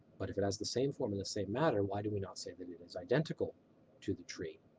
but if it has the same form and the same matter why do we not say that it is identical to the tree?